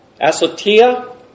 Asotia